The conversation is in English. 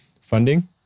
funding